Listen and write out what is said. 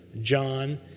John